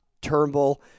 Turnbull